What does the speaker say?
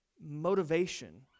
motivation